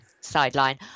sideline